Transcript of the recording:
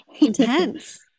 intense